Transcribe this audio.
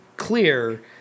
Clear